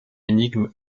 énigme